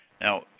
Now